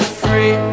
free